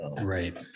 Right